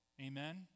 amen